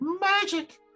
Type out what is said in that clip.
Magic